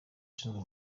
ushinzwe